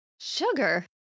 Sugar